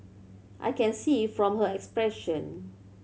I can see from her expression